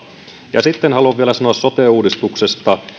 ja sitten haluan sanoa vielä sote uudistuksesta